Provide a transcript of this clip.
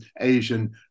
Asian